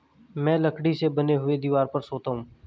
मैं लकड़ी से बने हुए दीवान पर सोता हूं